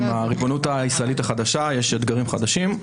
עם הריבונות הישראלית החדשה יש אתגרים חדשים,